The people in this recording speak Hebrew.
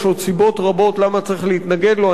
יש עוד סיבות רבות למה צריך להתנגד לו.